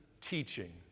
teaching